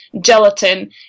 gelatin